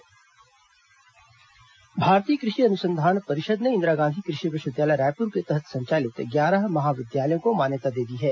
कृषि विश्वविद्यालय मान्यता भारतीय कृषि अनुसंधान परिषद ने इंदिरा गांधी कृषि विश्वविद्यालय रायपुर के तहत संचालित ग्यारह महाविद्यालयों को मान्यता दे दी है